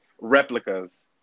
replicas